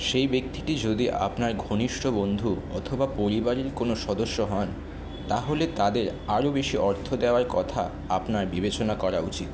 সেই ব্যক্তিটি যদি আপনার ঘনিষ্ঠ বন্ধু অথবা পরিবারের কোনও সদস্য হন তাহলে তাদের আরও বেশি অর্থ দেওয়ার কথা আপনার বিবেচনা করা উচিত